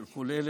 של כל אלה,